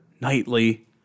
nightly